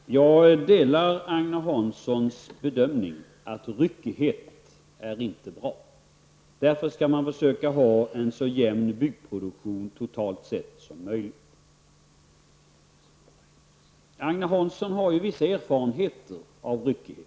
Herr talman! Jag delar Agne Hanssons bedömning att ryckighet inte är bra. Därför skall man försöka ha en så jämn byggproduktion, totalt sett, som möjligt. Agne Hansson har ju vissa erfarenheter av ryckighet.